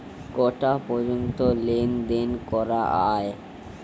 কটা পর্যন্ত লেন দেন করা য়ায়?